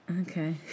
Okay